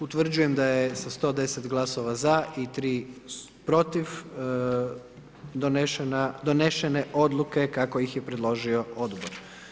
Utvrđujem da je sa 110 glasova i 3 protiv donešene odluke kako ih je predložio odbor.